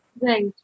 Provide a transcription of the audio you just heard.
Right